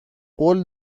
قول